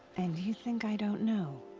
and you think i don't know?